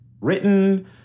written